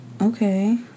Okay